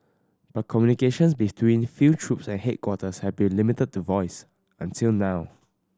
but communications between field troops and headquarters have been limited to voice until now